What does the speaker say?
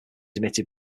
emitted